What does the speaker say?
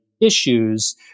issues